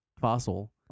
fossil